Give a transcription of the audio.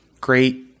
great